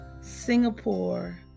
Singapore